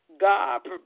God